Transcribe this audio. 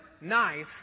nice